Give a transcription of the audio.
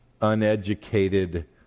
uneducated